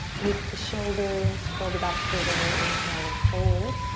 loop the shoulders, curl the back toes under. inhale, look forward.